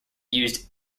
used